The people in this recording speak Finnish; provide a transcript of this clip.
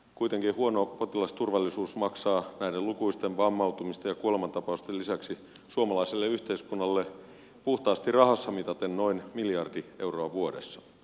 kuitenkin huono potilasturvallisuus maksaa näiden lukuisten vammautumisten ja kuolemantapausten lisäksi suomalaiselle yhteiskunnalle puhtaasti rahassa mitaten noin miljardi euroa vuodessa